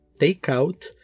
takeout